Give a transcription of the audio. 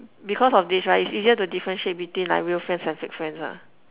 because of this right it's easier to differentiate between like real friends and fake friends lah